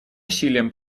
усилиям